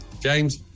James